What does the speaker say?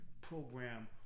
program